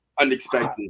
Unexpected